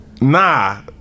Nah